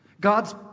God's